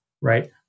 right